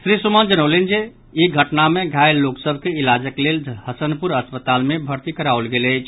श्री सुमन जनौलनि जे ई घटना मे घायल लोक सभ के इलाजक लेल हसनपुर अस्पताल मे भर्ती कराओल गेल अछि